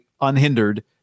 unhindered